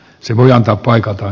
se voi antaa paikataan